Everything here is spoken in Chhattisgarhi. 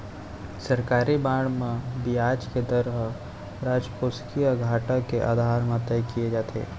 सरकारी बांड म बियाज के दर ह राजकोसीय घाटा के आधार म तय किये जाथे